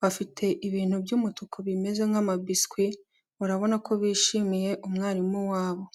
bafite ibintu by'umutuku bimeze nk'amabiswi urabona ko bishimiye umwarimu wabo.